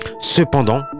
Cependant